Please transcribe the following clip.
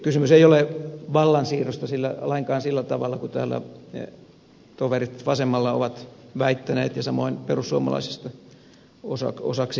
kysymys ei ole vallansiirrosta lainkaan sillä tavalla kuin täällä toverit vasemmalla ovat väittäneet ja samoin perussuomalaisista osaksi on peloteltu